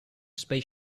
space